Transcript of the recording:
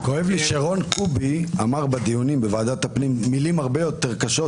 כואב לי שרון קובי אמר בדיונים בוועדת הפנים מילים הרבה יותר קשות,